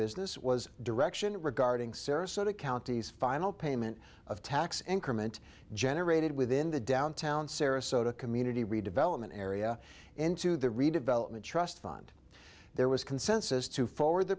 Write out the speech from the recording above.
business was direction regarding sarasota county's final payment of tax income and generated within the downtown sarasota community redevelopment area into the redevelopment trust fund there was consensus to forward the